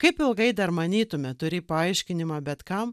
kaip ilgai dar manytume turį paaiškinimą bet kam